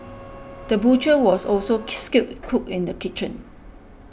the butcher was also skilled cook in the kitchen